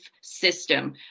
system